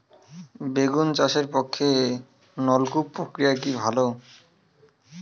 বেগুন চাষের পক্ষে নলকূপ প্রক্রিয়া কি ভালো?